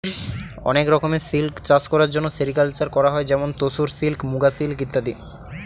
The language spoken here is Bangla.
অনেক রকমের সিল্ক চাষ করার জন্য সেরিকালকালচার করা হয় যেমন তোসর সিল্ক, মুগা সিল্ক ইত্যাদি